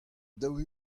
daou